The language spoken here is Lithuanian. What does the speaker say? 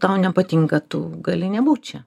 tau nepatinka tu gali nebūt čia